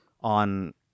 on